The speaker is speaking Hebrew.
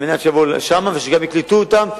על מנת שיבואו לשם וגם יקלטו אותם,